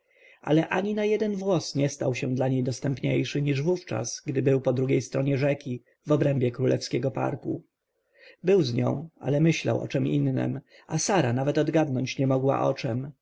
ale ani na jeden włos nie stał się dla niej dostępniejszy niż wówczas gdy był po drugiej stronie rzeki w obrębie królewskiego parku był z nią ale myślał o czem innem a sara nawet odgadnąć nie mogła o czem